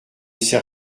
sait